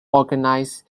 organizes